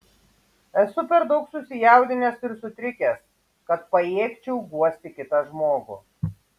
esu per daug susijaudinęs ir sutrikęs kad pajėgčiau guosti kitą žmogų